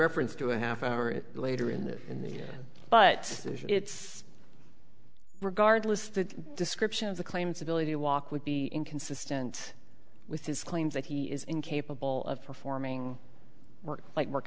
reference to a half hour later in the in the but it's regardless the description of the claims ability to walk would be inconsistent with his claims that he is incapable of performing work like work